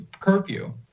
curfew